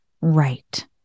right